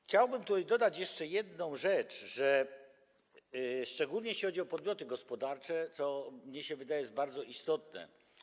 Chciałbym dodać jeszcze jedną rzecz, szczególnie jeśli chodzi o podmioty gospodarcze, co mnie się wydaje bardzo istotne.